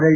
L